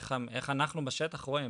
איך אנחנו בשטח רואים,